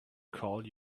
call